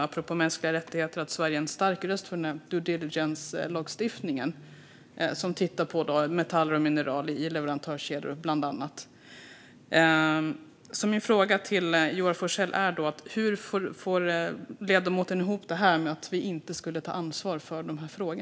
Apropå mänskliga rättigheter är Sverige en stark röst för due diligence-lagstiftningen om metaller och mineral ibland annat leverantörskedjor. Hur får Johan Forssell ihop detta med att vi inte skulle ta ansvar för dessa frågor?